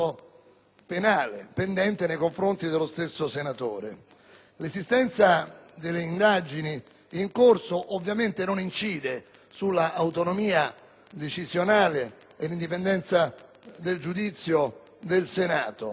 penale pendente nei confronti dello stesso senatore. L'esistenza delle indagini in corso ovviamente non incide sull'autonomia decisionale e l'indipendenza del giudizio del Senato.